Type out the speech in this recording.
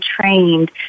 trained